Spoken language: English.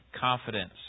confidence